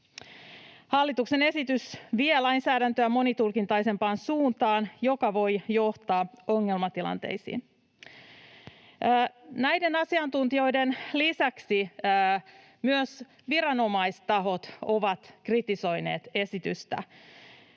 Hallituksen esitys vie lainsäädäntöä monitulkintaisempaan suuntaan, mikä voi johtaa ongelmatilanteisiin. Näiden asiantuntijoiden lisäksi myös viranomaistahot ovat kritisoineet esitystä.